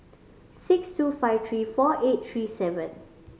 six two five three four eight three seven